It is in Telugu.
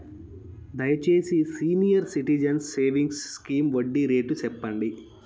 దయచేసి సీనియర్ సిటిజన్స్ సేవింగ్స్ స్కీమ్ వడ్డీ రేటు సెప్పండి